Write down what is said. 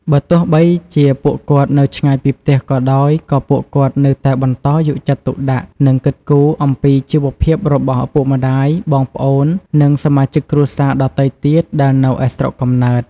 បើទោះបីជាពួកគាត់នៅឆ្ងាយពីផ្ទះក៏ដោយ ក៏ពួកគាត់នៅតែបន្តយកចិត្តទុកដាក់ និងគិតគូរអំពីជីវភាពរបស់ឪពុកម្ដាយ បងប្អូន និងសមាជិកគ្រួសារដទៃទៀតដែលនៅឯស្រុកកំណើត។